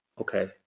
Okay